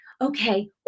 Okay